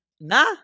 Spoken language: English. Nah